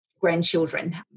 grandchildren